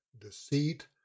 Deceit